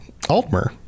Altmer